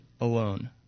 alone